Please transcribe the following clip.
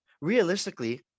realistically